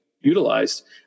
utilized